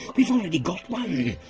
we've already got one.